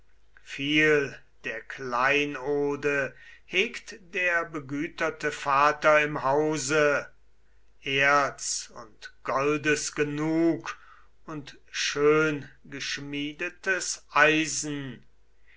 viel der kleinode hegt der begüterte vater im hause erz und goldes genug und schöngeschmiedetes eisen